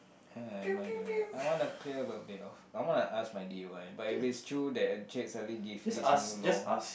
(huh) I wanna clear the day off I wanna ask my d_y but if it's true the encik suddenly give this new law